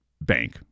bank